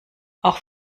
auch